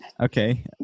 Okay